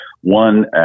one